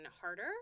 harder